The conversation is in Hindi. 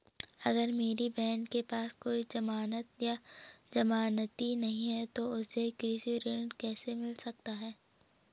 अगर मेरी बहन के पास कोई जमानत या जमानती नहीं है तो उसे कृषि ऋण कैसे मिल सकता है?